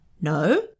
No